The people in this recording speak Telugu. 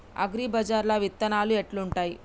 అగ్రిబజార్ల విత్తనాలు ఎట్లుంటయ్?